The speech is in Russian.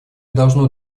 должно